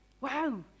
Wow